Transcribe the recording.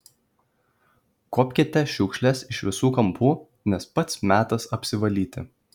kuopkite šiukšles iš visų kampų nes pats metas apsivalyti